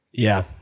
yeah,